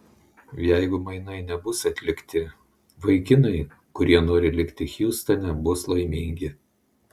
jeigu mainai nebus atlikti vaikinai kurie nori likti hjustone bus laimingi